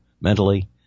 mentally